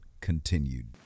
continued